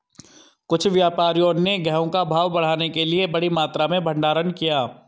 कुछ व्यापारियों ने गेहूं का भाव बढ़ाने के लिए बड़ी मात्रा में भंडारण किया